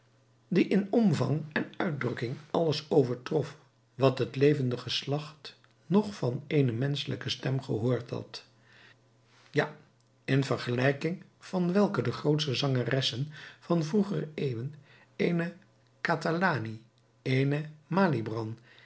die in omvang en uitdrukking alles overtrof wat het levende geslacht nog van eene menschelijke stem gehoord had ja in vergelijking van welke de grootste zangeressen van vroegere eeuwen eene catalani eene